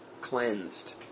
cleansed